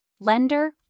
lender